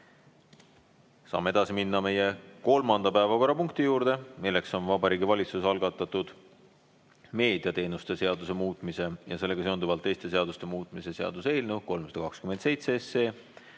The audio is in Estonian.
Saame edasi minna meie kolmanda päevakorrapunkti juurde. See on Vabariigi Valitsuse algatatud meediateenuste seaduse muutmise ja sellega seonduvalt teiste seaduste muutmise seaduse eelnõu 327.